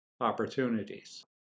opportunities